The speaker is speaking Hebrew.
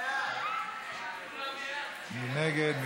מי נגד?